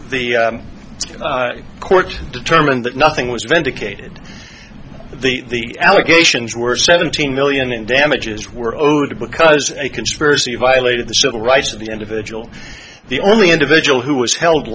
the court determined that nothing was vindicated the allegations were seventeen million in damages were owed because a conspiracy violated the civil rights of the individual the only individual who was held